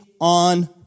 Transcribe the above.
on